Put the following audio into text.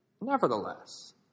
nevertheless